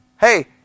Hey